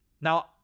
Now